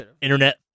internet